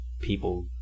people